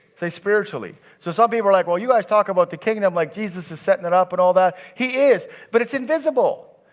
say, spiritually. so some people like, well, you guys talk about the kingdom like jesus is setting it up and all that. he is, but it's invisible.